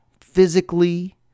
physically